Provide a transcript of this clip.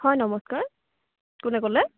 হয় নমস্কাৰ কোনে ক'লে